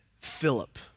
Philip